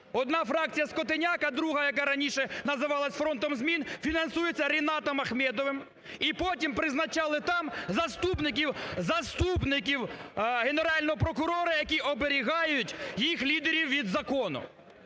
одна фракція скотиняк, а друга, яка раніше називалася "Фронтом змін", фінансується Рінатом Ахметовим, і потім призначали там заступників Генерального прокурора, які оберігають їх лідерів від закону.